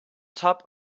top